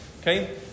okay